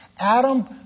Adam